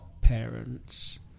parents